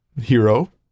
hero